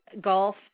golf